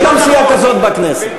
יש גם סיעה כזאת בכנסת.